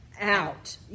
Out